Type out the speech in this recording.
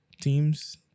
teams